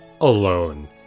Alone